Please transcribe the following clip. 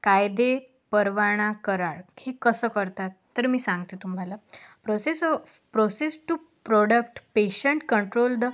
कायदे परवाना करार हे कसं करतात तर मी सांगते तुम्हाला process process to product patient control the